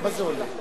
כמה זה עולה?